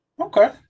Okay